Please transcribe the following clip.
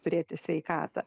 turėti sveikatą